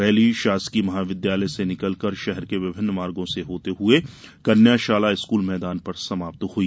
rally शासकीय महाविद्यालय से निकलकर शहर के विभिन्न मार्गो से होते हए कन्याशाला स्कूल मैदान पर समाप्त हुई